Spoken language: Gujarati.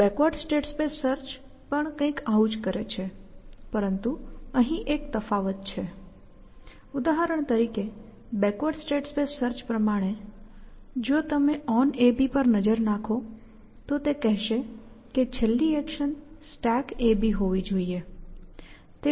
બેકવર્ડ સ્ટેટ સ્પેસ સર્ચ પણ કંઈક આવું જ કરે છે પરંતુ અહીં એક તફાવત છે ઉદાહરણ તરીકે બેકવર્ડ સ્ટેટ સ્પેસ સર્ચ પ્રમાણે જો તમે onAB પર નજર નાખો તો તે કહેશે કે છેલ્લી એક્શન stackAB હોવી જોઇએ